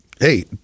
Hey